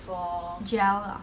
gel ah